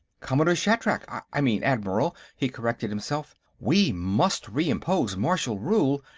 commodore shatrak! i mean, admiral, he corrected himself. we must re-impose martial rule.